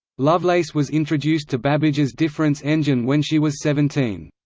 lovelace was introduced to babbage's difference engine when she was seventeen.